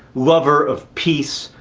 lover of peace,